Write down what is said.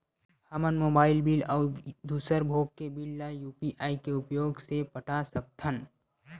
हमन mobile bill अउ दूसर भोग के बिल ला यू.पी.आई के उपयोग से पटा सकथन